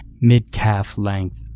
mid-calf-length